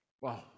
Wow